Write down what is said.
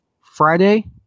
Friday